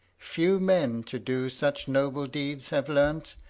few men to do such noble deeds have learn'd,